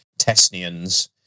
Tesnians